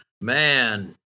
Man